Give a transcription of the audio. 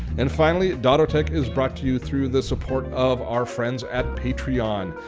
and finally, dottotech is brought to you through the support of our friends at patreon.